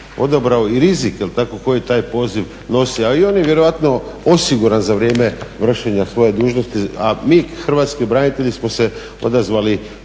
odabrao rizik, jel tako, koje taj poziv nosi. A i on je vjerojatno osiguran za vršenja svoje dužnosti, a mi Hrvatski branitelji smo se odazvali